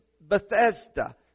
Bethesda